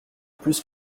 plus